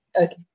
Okay